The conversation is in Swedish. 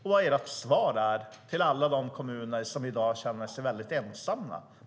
Vad är ert svar till alla de kommuner som i dag känner sig ensamma?